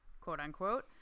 quote-unquote